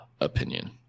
opinion